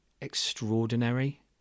extraordinary